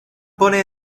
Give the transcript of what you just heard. pone